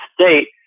state